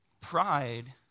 pride